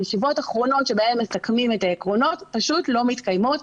ישיבות אחרונות שבהן מסכמים את העקרונות פוט לא מתקיימות.